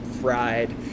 fried